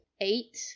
eight